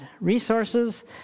resources